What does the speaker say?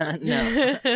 No